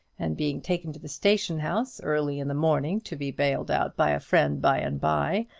and being taken to the station-house early in the morning, to be bailed out by a friend by-and-by,